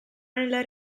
nella